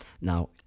Now